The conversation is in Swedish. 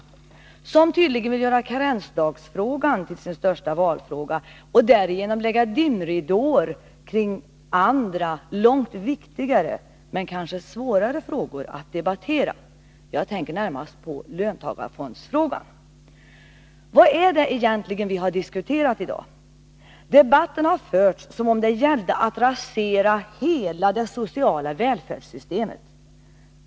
De vill tydligen göra karensdagsfrågan till sin största valfråga och därigenom lägga dimridåer över andra frågor som är långt viktigare men kanske svårare att debattera. Jag tänker närmast på löntagarfondsfrågan. Vad är det egentligen vi har diskuterat i dag? Debatten har förts som om det gällde att rasera hela det sociala välfärdssystemet.